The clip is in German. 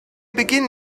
beginnen